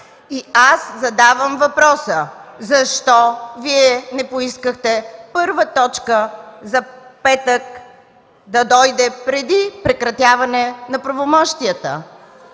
И аз задавам въпроса: защо Вие не поискахте първа точка за петък да дойде преди прекратяване правомощията